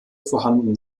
vorhanden